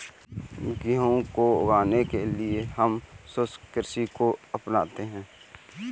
गेहूं को उगाने के लिए हम शुष्क कृषि को अपनाते हैं